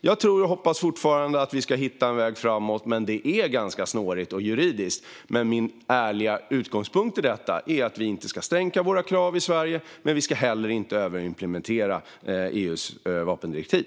Jag tror och hoppas fortfarande att vi ska hitta en väg framåt, men det är ganska snårigt och juridiskt. Min ärliga utgångspunkt i detta är att vi inte ska sänka våra krav i Sverige, men vi ska heller inte överimplementera EU:s vapendirektiv.